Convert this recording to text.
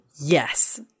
yes